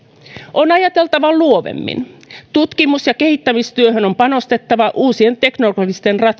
on ajateltava luovemmin tutkimus ja kehittämistyöhön on panostettava uusien teknologisten